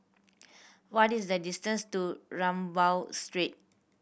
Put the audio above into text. what is the distance to Rambau Street